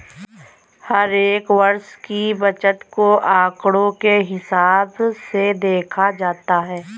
हर एक वर्ष की बचत को आंकडों के हिसाब से देखा जाता है